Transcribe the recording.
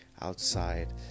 outside